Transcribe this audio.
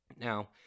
Now